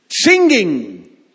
Singing